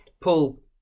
paul